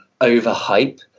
overhype